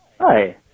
Hi